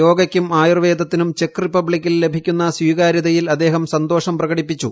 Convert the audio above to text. യോഗയ്ക്കും ആയുർവേദത്തിനും ചെക്ക് റിപ്പബ്ലിക്കിൽ ലഭിക്കുന്ന സ്വീകാര്യതയിൽ അദ്ദേഹം സന്തോഷം പ്രകടിപ്പിച്ചു